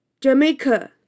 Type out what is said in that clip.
Jamaica